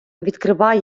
відкриває